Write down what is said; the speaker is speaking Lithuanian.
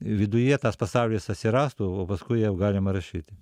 viduje tas pasaulis atsirastų o paskui jau galima rašyti